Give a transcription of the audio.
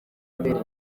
mbere